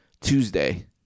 Tuesday